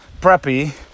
preppy